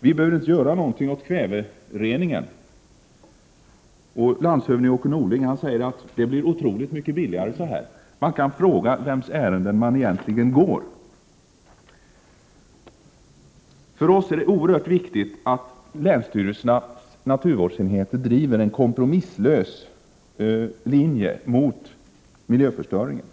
vi inte behöver göra någonting åt kvävereningen. Landshövdingen Åke Nordling säger att det blir otroligt mycket billigare så. Vi kan fråga vems ärende man egentligen går. För oss är det oerhört viktigt att länsstyrelsernas naturvårdsenheter driver en kompromisslös linje när det gäller miljöförstöringen.